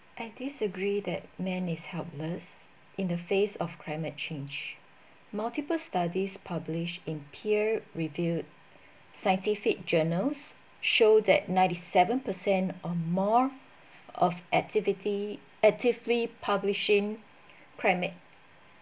I disagree that man is helpless in the face of climate change multiple studies published in peer reviewed scientific journals show that ninety seven percent or more of activity actively publishing climate